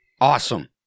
Awesome